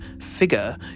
figure